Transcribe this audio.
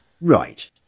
Right